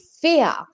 fear